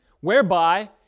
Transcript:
whereby